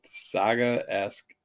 saga-esque